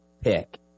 pick